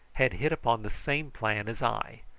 had hit upon the same plan as i.